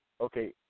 okay